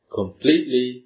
completely